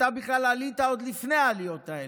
אתה בכלל עלית עוד לפני העליות האלה.